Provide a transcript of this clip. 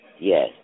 Yes